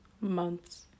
months